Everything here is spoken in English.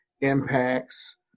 impacts